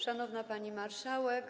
Szanowna Pani Marszałek!